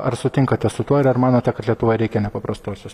ar sutinkate su tuo ir ar manote kad lietuvoj reikia nepaprastosios